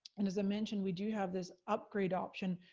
and as i mentioned, we do have this upgrade option.